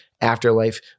Afterlife